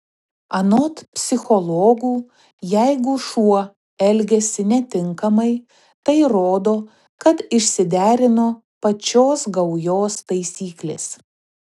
anot psichologų jeigu šuo elgiasi netinkamai tai rodo kad išsiderino pačios gaujos taisyklės